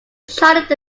charted